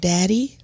Daddy